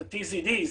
את ה-TZD,